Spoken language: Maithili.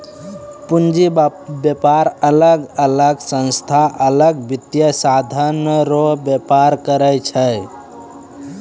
पूंजी बाजार अलग अलग संस्था अलग वित्तीय साधन रो व्यापार करै छै